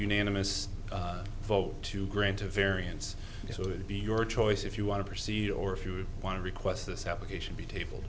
unanimous vote to grant a variance it would be your choice if you want to proceed or if you want to request this application be table